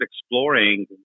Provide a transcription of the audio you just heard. exploring